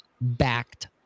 backed